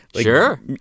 Sure